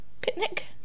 Picnic